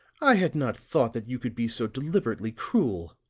i had not thought that you could be so deliberately cruel!